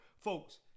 Folks